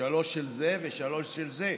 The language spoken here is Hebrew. שלוש של זה ושלוש של זה.